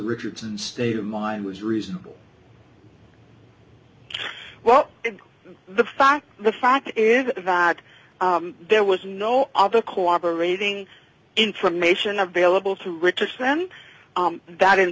richardson state of mind was reasonable well the fact the fact that there was no object cooperating information available to richardson that in